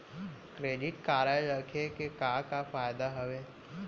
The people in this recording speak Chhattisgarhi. क्रेडिट कारड रखे के का का फायदा हवे?